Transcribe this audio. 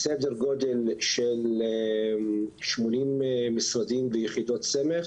סדר גודל של 80 משרדים ויחידות סמך